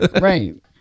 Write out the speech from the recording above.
Right